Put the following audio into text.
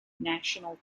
national